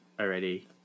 already